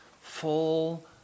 full